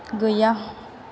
गैया